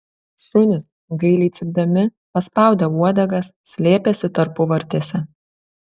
šunys gailiai cypdami paspaudę uodegas slėpėsi tarpuvartėse